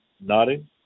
nodding